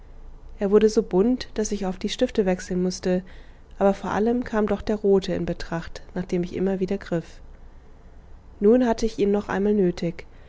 er wurde so bunt daß ich oft die stifte wechseln mußte aber vor allem kam doch der rote in betracht nach dem ich immer wieder griff nun hatte ich ihn noch einmal nötig